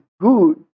good